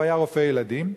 והיה רופא ילדים,